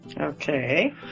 Okay